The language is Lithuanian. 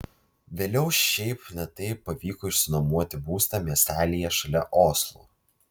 vėliau šiaip ne taip pavyko išsinuomoti būstą miestelyje šalia oslo